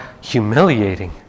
humiliating